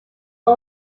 but